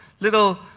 little